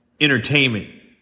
entertainment